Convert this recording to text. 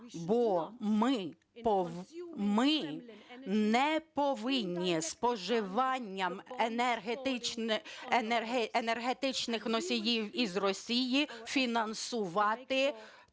бо ми не повинні споживанням енергетичних носіїв із Росії фінансувати